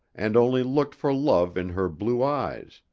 and only looked for love in her blue eyes,